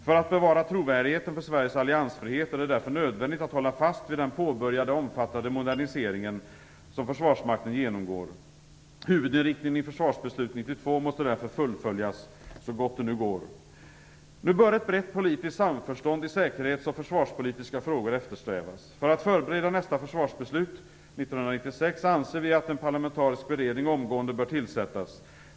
För att bevara trovärdigheten för Sveriges alliansfrihet är det därför nödvändigt att hålla fast vid den påbörjade och omfattande moderniseringen som försvarsmakten genomgår. Huvudinriktningen i Försvarsbeslut 92 måste därför fullföljas så gott det nu går. Nu bör ett brett politiskt samförstånd i säkerhetsoch försvarspolitiska frågor eftersträvas. För att förbereda nästa försvarsbeslut 1996 anser vi att en parlamentarisk beredning omgående bör tillsättas.